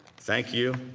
thank you.